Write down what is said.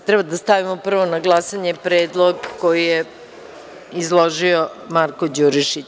Treba da stavimo prvo na glasanje predlog koji je izložio Marko Đurišić.